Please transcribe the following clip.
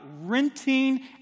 renting